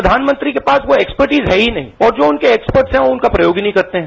प्रधानमंत्री के पास कोई एक्सप्रटीज है ही नहीं और जो उनके एक्सपर्ट है वो उनका प्रयोग ही नहीं करते है